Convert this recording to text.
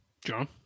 John